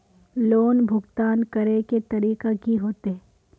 Loan भुगतान करे के तरीका की होते?